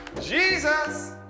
Jesus